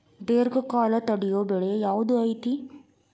ದೇರ್ಘಕಾಲ ತಡಿಯೋ ಬೆಳೆ ಯಾವ್ದು ಐತಿ?